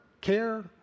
care